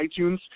iTunes –